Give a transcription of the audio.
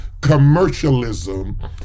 commercialism